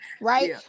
Right